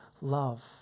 love